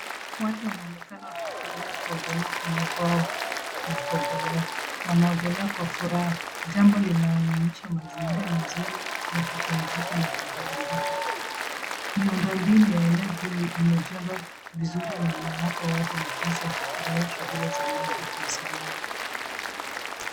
Watu wanaonekana wamefurahia kuogelea kwenye bwawa la kuogelea. Wanaogelea kwa furaha, jambo linaloonyesha mazingira mazuri ya kupumzika na kuburudika. Miundo mbinu ya eneo hili imejengwa vizuri na inawapa watu nafasi ya kufurahia shughuli za maji kwa usalama.